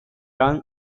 may